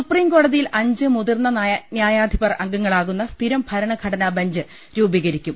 സുപ്രീംകോടതയിൽ അഞ്ച് മുതിർന്ന ന്യായാധിപർ അംഗ ങ്ങളാകുന്ന സ്ഥിരം ഭരണഘടനാ ബഞ്ച് രൂപീകരിക്കും